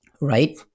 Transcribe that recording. right